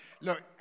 Look